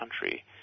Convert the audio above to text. country